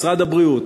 משרד הבריאות,